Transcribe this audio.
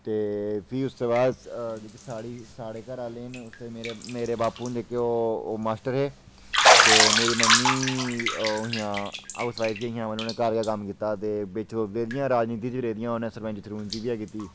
ते उसदे बाद जेह्ड़े उं'दे बापू होर न ओह् दकान उप्पर कम्म करदे